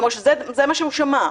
כלומר שזה מה שהוא שמע.